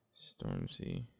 Stormzy